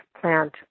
plant